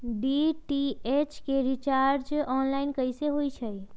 DTH के recharge online कैसे होईछई?